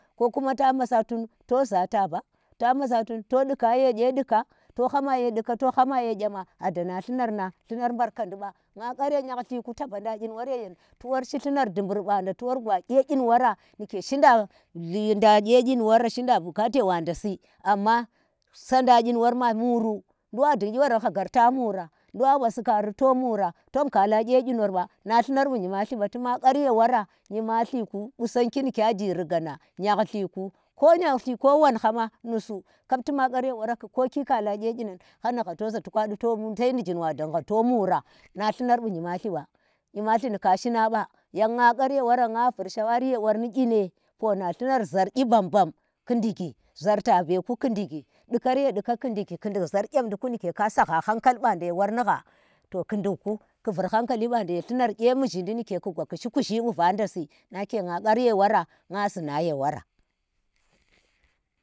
Ko kuma ta maasa tun to za taba ta maasa tun to ndika ya kye ndika, to hama ye ndika to hama ye ƙyama ada na llunar nang llunar mbarkandi ba, nga ghar ye nyallirku ta ba nda nyin wor yeyen tuwar shi llunar du bur banda tu wor gwa kye yi wora ni ke shinda lli nda kye kyin wora ni ke shinda bukate wanda si amma su nda kyin wor maa muru, nduk wadung kyi woran ha ghar ta mura, bu a wasi kari to mura, tom khala kye nyimahliba, na llunar bu nyimahliba, na llunar bu nyimalti ba. tuma ghar ye wora nyimalti ku, qusanggi ni kya jiri ghana, nƙyallir ku ko ŋkyaƙlli ko wonha ma nusu kap tunaqar ye wo. ra ku kokyi khaba kye nyinan hanaha to za to ka di sai nizhim wa dun ha to mura, na llunar wu nyimal ti wa, nyimalti nika shi a ba. Nyan nga kwar ye wora, ga vir shawari ye wor ni kyine pona llumar zhar tabe ku ndigi, ndi kar nye ndika ku ndigi, zhar gyandi ku nike ka saha hankal ba nda nhha. To ku ndinku ku vur hankal banda ye llunar gye muzhindi nike ku gwa ku shi kuzhi vanda si. mna ke nga ghar ye wora, nga zina ye wora.